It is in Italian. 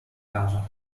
casa